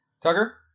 Tucker